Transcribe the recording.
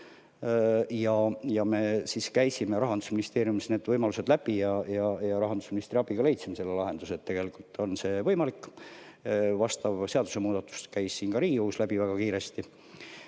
Me käisime Rahandusministeeriumis need võimalused läbi ja rahandusministri abiga leidsime selle lahenduse, et tegelikult on see võimalik. Vastav seadusemuudatus käis ka siit Riigikogust väga kiiresti